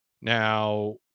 Now